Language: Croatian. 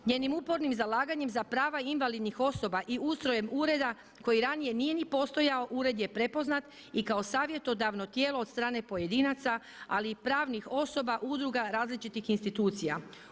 Njenim upornim zalaganjem za prava invalidnih osoba i ustrojem ureda koji ranije nije ni postojao ured je prepoznat i kao savjetodavno tijelo od strane pojedinaca ali i pravnih osoba, udruga, različitih institucija.